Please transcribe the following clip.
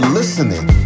listening